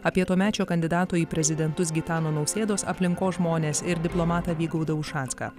apie tuomečio kandidato į prezidentus gitano nausėdos aplinkos žmones ir diplomatą vygaudą ušacką